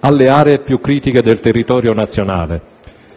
alle aree più critiche del territorio nazionale.